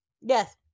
Yes